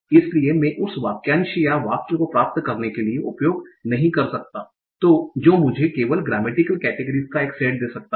इसलिए मैं उस वाक्यांश या वाक्य को प्राप्त करने के लिए उपयोग नहीं कर सकता जो मुझे केवल ग्रेमेटिकल केटेगरीस का एक सेट दे सकता है